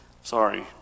Sorry